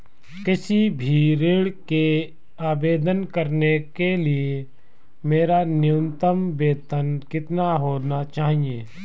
किसी भी ऋण के आवेदन करने के लिए मेरा न्यूनतम वेतन कितना होना चाहिए?